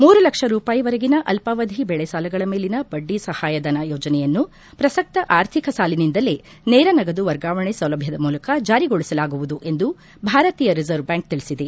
ಮೂರು ಲಕ್ಷ ರೂಪಾಯಿವರೆಗಿನ ಅಲ್ಲಾವಧಿ ಬೆಳೆ ಸಾಲಗಳ ಮೇಲಿನ ಬಡ್ಡಿ ಸಹಾಯಧನ ಯೋಜನೆಯನ್ನು ಪ್ರಸಕ್ತ ಆರ್ಥಿಕ ಸಾಲಿನಿಂದಲೇ ನೇರ ನಗದು ವರ್ಗಾವಣೆ ಸೌಲಭ್ಯದ ಮೂಲಕ ಜಾರಿಗೊಳಿಸಲಾಗುವುದು ಎಂದು ಭಾರತೀಯ ರಿಸರ್ವ್ ಬ್ಯಾಂಕ್ ತಿಳಿಸಿದೆ